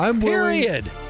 Period